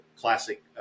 classic